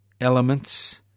elements